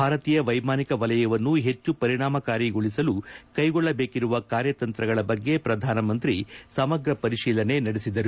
ಭಾರತೀಯ ವೈಮಾನಿಕ ವಲಯವನ್ನು ಪೆಚ್ಚು ಪರಿಣಾಮಕಾರಿಗೊಳಿಸಲು ಕೈಗೊಳ್ಳಬೇಕಿರುವ ಕಾರ್ಯತಂತ್ರಗಳ ಬಗ್ಗೆ ಪ್ರಧಾನ ಮಂತ್ರಿ ಸಮಗ್ರ ಪರಿಶೀಲನೆ ನಡೆಸಿದರು